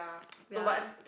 ya